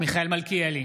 מיכאל מלכיאלי,